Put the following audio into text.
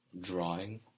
drawing